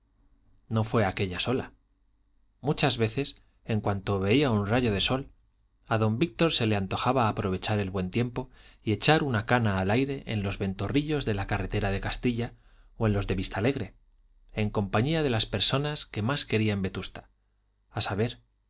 no fue aquella sola muchas veces en cuanto veía un rayo de sol a don víctor se le antojaba aprovechar el buen tiempo y echar una cana al aire en los ventorrillos de la carretera de castilla o en los de vistalegre en compañía de las personas que más quería en vetusta a saber